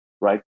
right